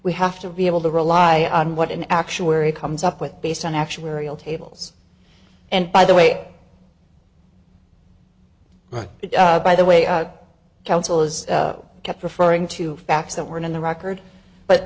we have to be able to rely on what an actuary comes up with based on actuarial tables and by the way right by the way a council is kept referring to facts that weren't in the record but